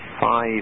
five